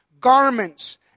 garments